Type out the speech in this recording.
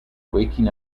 waking